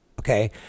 okay